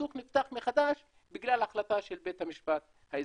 הסכסוך נפתח מחדש בגלל החלטה של בית המשפט האזרחי.